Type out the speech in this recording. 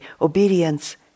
obedience